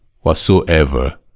whatsoever